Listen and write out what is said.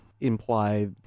imply